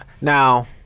now